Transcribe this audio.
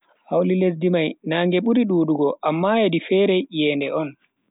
Hawlu lesdi mai naage buri dudugo amma hedi fere iyende on.